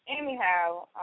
Anyhow